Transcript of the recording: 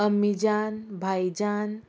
अमी जान भायजान